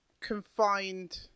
confined